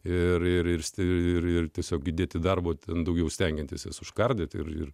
ir irzti ir ir tiesiog įdėti darbo ten daugiau stengiantis užkardyti ir